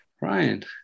Right